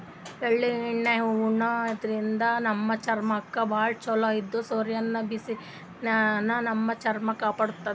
ಎಳ್ಳಣ್ಣಿ ಉಣಾದ್ರಿನ್ದ ನಮ್ ಚರ್ಮಕ್ಕ್ ಭಾಳ್ ಛಲೋ ಇದು ಸೂರ್ಯನ್ ಬಿಸ್ಲಿನ್ದ್ ನಮ್ ಚರ್ಮ ಕಾಪಾಡತದ್